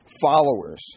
followers